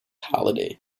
halliday